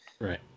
right